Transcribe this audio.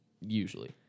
Usually